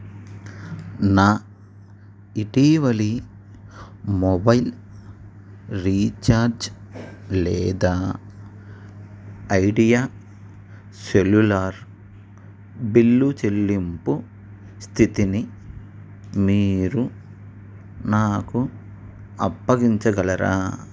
నా ఇటీవలి mobile recharge లేదా ఐడియా సెల్యులార్ బిల్లు చెల్లింపు స్థితిని మీరు నాకు అప్పగించగలరా